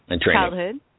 childhood